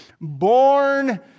Born